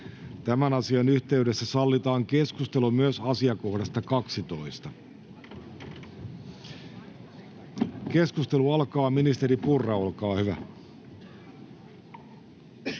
Tämän asian yhteydessä sallitaan keskustelu myös asiakohdasta 12. — Keskustelu alkaa. Ministeri Purra, olkaa hyvä.